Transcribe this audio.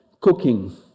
cooking